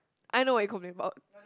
I know what you complain about